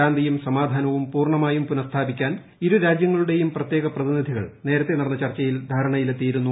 ശാന്തിയും സമാധാനവും പൂർണ്ണമായും പുനസ്ഥാപിക്കാൻ ഇരുരാജ്യങ്ങളുടെയും പ്രത്യേക പ്രതിനിധികൾ നേരത്തെ നടന്ന ചർച്ചയിൽ ധാരണയിലെത്തിയിരുന്നു